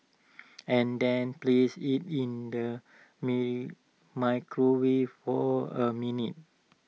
and then place IT in the microwave for A minute